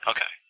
Okay